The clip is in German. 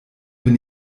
bin